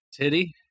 titty